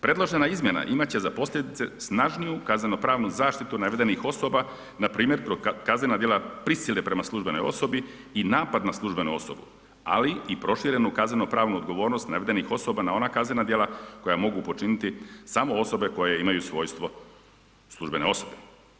Predložena izmjena imat će za posljedice snažniju kaznenopravnu zaštitu navedenih osoba npr. kaznena djela prisile prema službenoj osobi i napad na službenu osobu, ali i proširenu kaznenopravnu odgovornost navedenih osoba na ona kaznena djela koja mogu počiniti samo osobe koje imaju svojstvo službene osobe.